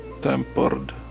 tempered